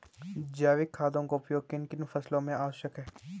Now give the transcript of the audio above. जैविक खादों का उपयोग किन किन फसलों में आवश्यक है?